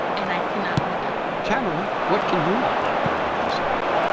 and i cannot let it go tamara, what can you not let go of this week?